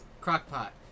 Crock-pot